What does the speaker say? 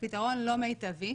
פתרון לא מיטבי.